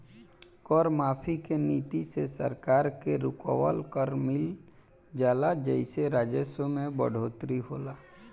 कर माफी के नीति से सरकार के रुकल कर मिल जाला जेइसे राजस्व में बढ़ोतरी होला